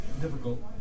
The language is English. Difficult